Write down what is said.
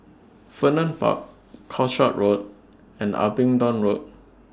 Vernon Park Calshot Road and Abingdon Road